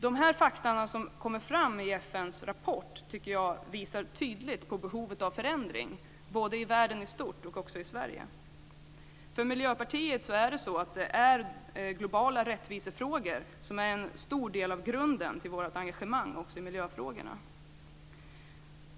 De fakta som kommer fram i FN:s rapport tycker jag tydligt visar på behovet av förändring, i världen i stort och också i Sverige. För oss i Miljöpartiet är globala rättvisefrågor en stor del av grunden till vårt engagemang också i miljöfrågorna.